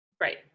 Right